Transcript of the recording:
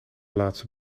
laatste